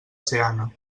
seana